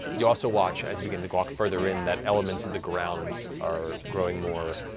you also watch as you begin to walk further in that elements of the ground are growing more